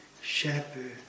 shepherd